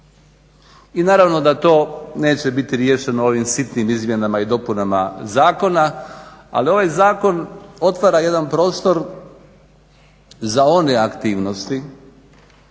I naravno da to neće biti riješeno ovim sitnim izmjenama i dopunama zakona, ali ovaj zakon otvara jedna prostor za one aktivnosti,